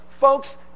Folks